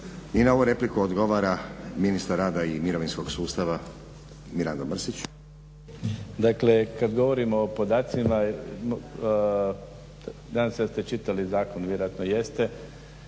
I na ovu repliku odgovora ministar rada i mirovinskog sustava Mirando Mrsić. **Mrsić, Mirando (SDP)** Dakle kad govorimo o podacima nadam se da ste čitali zakon, a vjerojatno jeste.